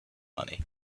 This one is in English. money